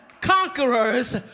conquerors